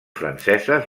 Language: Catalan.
franceses